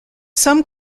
some